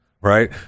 right